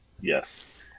Yes